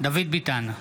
דוד ביטן,